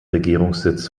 regierungssitz